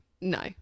no